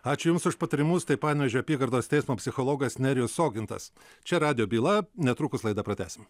ačiū jums už patarimus tai panevėžio apygardos teismo psichologas nerijus ogintas čia radijo byla netrukus laidą pratęsim